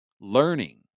Learning